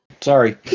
Sorry